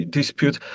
dispute